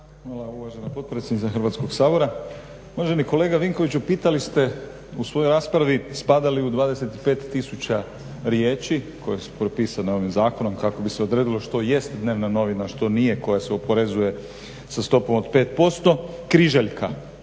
rada)** Uvažena potpredsjednice Hrvatskog sabora. Uvaženi kolega Vinkoviću, pitali ste u svojoj raspravi spada li u 25000 riječi koje su propisane ovim zakonom kako bi se odredilo što jest dnevna novina, a što nije koja se oporezuje sa stopom od 5% križaljka.